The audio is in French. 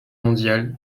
mondiale